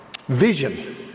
vision